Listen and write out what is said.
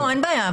לא, אין בעיה.